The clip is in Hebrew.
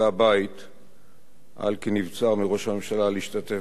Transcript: על כי נבצר מראש הממשלה להשתתף בישיבה זו בשל פציעתו.